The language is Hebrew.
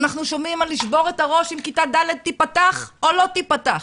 אנחנו שומעים על לשבור את הראש אם כיתה ד' תיפתח או לא תיפתח,